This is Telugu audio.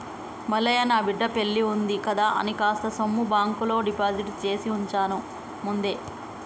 మల్లయ్య నా బిడ్డ పెల్లివుంది కదా అని కాస్త సొమ్ము బాంకులో డిపాజిట్ చేసివుంచాను ముందే